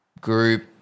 group